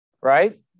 right